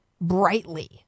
brightly